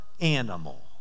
animal